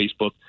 Facebook